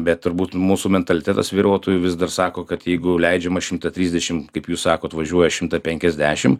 bet turbūt mūsų mentalitetas vairuotojų vis dar sako kad jeigu leidžiama šimtą trisdešim kaip jūs sakot važiuoja šimtą penkiasdešim